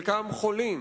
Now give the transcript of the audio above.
חלקם חולים,